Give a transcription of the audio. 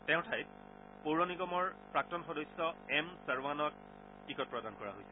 তেওঁৰ ঠাইত পৌৰ নিগমৰ প্ৰাক্তন সদস্য এম ছৰৱানাক টিকট প্ৰদান কৰা হৈছে